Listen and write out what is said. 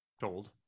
told